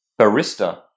barista